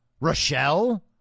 Rochelle